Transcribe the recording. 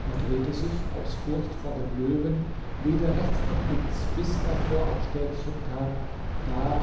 er drehte sich aus furcht vor dem löwen weder rechts noch links bis er vor ein städtchen kam da